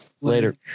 Later